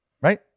Right